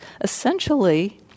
essentially